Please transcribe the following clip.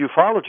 ufology